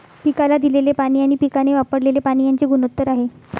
पिकाला दिलेले पाणी आणि पिकाने वापरलेले पाणी यांचे गुणोत्तर आहे